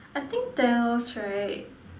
I think Thanos right